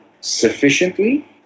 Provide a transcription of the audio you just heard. sufficiently